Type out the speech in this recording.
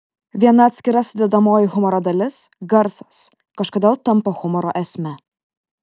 viena atskira sudedamoji humoro dalis garsas kažkodėl tampa humoro esme